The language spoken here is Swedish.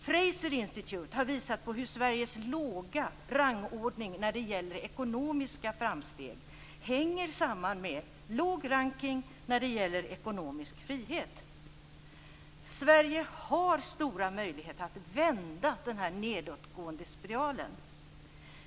Fraser Institut har visat på hur Sveriges låga rangordning när det gäller ekonomiska framsteg hänger samman med låg ranking när det gäller ekonomisk frihet. Sverige har stora möjligheter att vända den här nedåtgående spiralen.